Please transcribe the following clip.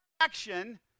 action